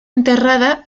enterrada